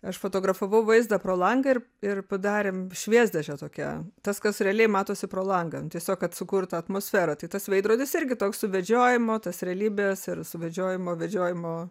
aš fotografavau vaizdą pro langą ir ir padarėm šviesdėžę tokią tas kas realiai matosi pro langą tiesiog kad sukurta atmosfera tai tas veidrodis irgi toks suvedžiojimo tas realybės ir suvedžiojimo vedžiojimo